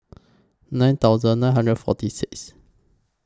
nine thousand nine hundred forty Sixth